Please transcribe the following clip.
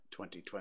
2020